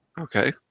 Okay